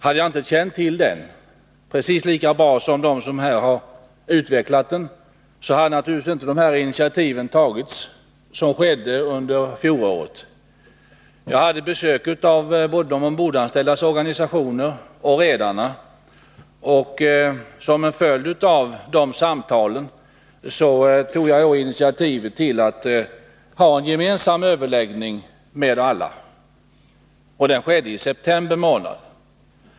Hade jag inte känt till det precis lika bra som de talare som här har utvecklat sina idéer hade naturligtvis inte de initiativ som togs under fjolåret kommit till stånd. Jag hade besök både av de ombordanställdas organisationer och av redarna, och som en följd av de samtalen tog jag initiativet till en gemensam överläggning med alla. Den ägde rum i september månad.